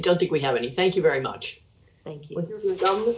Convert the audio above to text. don't think we have any thank you very much